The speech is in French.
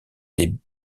des